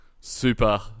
super